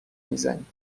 میزنیم